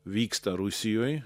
vyksta rusijoj